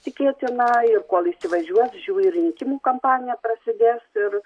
tikėtina jog kol įsivažiuos žiū ir rinkimų kampanija prasidės ir